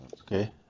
Okay